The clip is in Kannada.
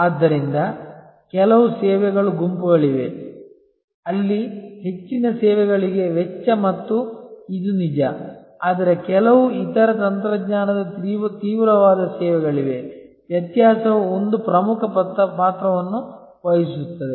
ಆದ್ದರಿಂದ ಕೆಲವು ಸೇವೆಗಳ ಗುಂಪುಗಳಿವೆ ಅಲ್ಲಿ ಹೆಚ್ಚಿನ ಸೇವೆಗಳಿಗೆ ವೆಚ್ಚ ಮತ್ತು ಇದು ನಿಜ ಆದರೆ ಕೆಲವು ಇತರ ತಂತ್ರಜ್ಞಾನದ ತೀವ್ರವಾದ ಸೇವೆಗಳಿವೆ ವ್ಯತ್ಯಾಸವು ಒಂದು ಪ್ರಮುಖ ಪಾತ್ರವನ್ನು ವಹಿಸುತ್ತದೆ